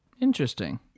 Interesting